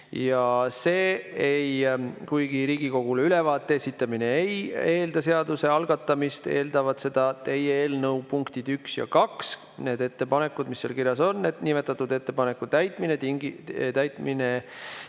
tegevustest. Kuigi Riigikogule ülevaate esitamine ei eelda seaduse algatamist, eeldavad seda teie eelnõu punktid 1 ja 2, need ettepanekud, mis seal kirjas on, et nimetatud ettepaneku täitmine